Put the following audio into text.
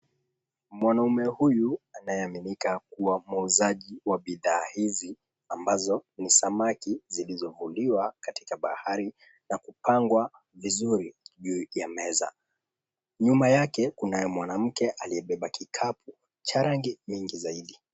Mwanaume huyu anayeaminika kuwa muuzaji wa bidhaa hizi ambazo ni samaki zilizovuliwa katika bahari na kupangwa vizuri juu ya meza. Nyuma yake kunaye mwanamke aliyebeba kikapu cha rangi nyingi zaidi.